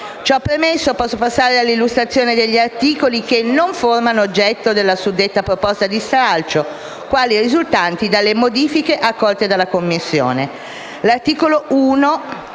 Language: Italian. Ciò premesso, si può passare all'illustrazione degli articoli che non formano oggetto della suddetta proposta di stralcio, quali risultanti dalle modifiche accolte dalla Commissione. L'articolo 1